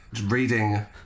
reading